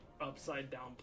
upside-down